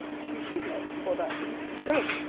she should not, for that reason, go.